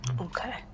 Okay